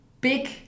big